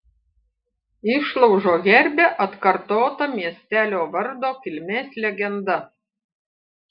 išlaužo herbe atkartota miestelio vardo kilmės legenda